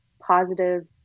positive